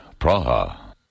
Praha